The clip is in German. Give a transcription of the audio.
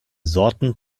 sorten